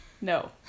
no